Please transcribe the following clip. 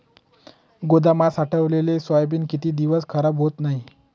गोदामात साठवलेले सोयाबीन किती दिवस खराब होत नाही?